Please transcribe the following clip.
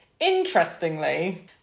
interestingly